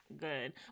good